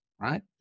right